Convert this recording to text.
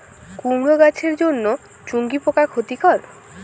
কুমড়ো গাছের জন্য চুঙ্গি পোকা ক্ষতিকর?